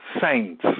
saints